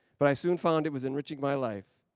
but, i soon found it was enriching my life.